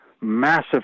massive